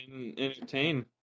entertain